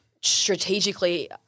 strategically